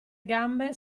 gambe